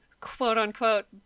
quote-unquote